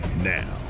Now